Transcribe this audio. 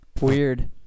weird